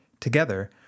Together